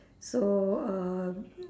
so err